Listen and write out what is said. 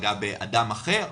פגע באדם אחר,